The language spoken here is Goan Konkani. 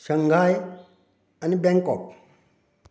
शंघाय आनी बँकॉक